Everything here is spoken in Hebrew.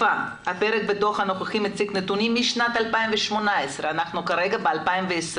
הפרק בדו"ח הנוכחי מציג נתונים משנת 2018 ואנחנו ב-2020.